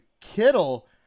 Kittle